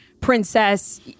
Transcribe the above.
princess